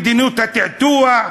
מדיניות הטאטוא,